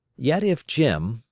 yet if jim,